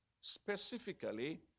specifically